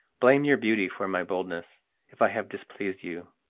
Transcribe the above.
blame your beauty for my boldness if i have displeased you.